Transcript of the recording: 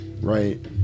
Right